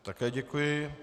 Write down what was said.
Také děkuji.